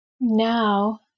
Now